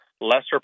lesser